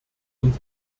uns